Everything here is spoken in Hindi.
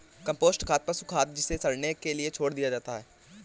कम्पोस्ट खाद पशु खाद है जिसे सड़ने के लिए छोड़ दिया जाता है